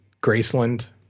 Graceland